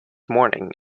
morning